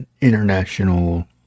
international